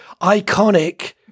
iconic